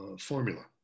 formula